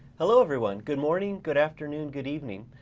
hello everyone. good morning, good afternoon, good evening.